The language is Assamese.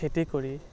খেতি কৰি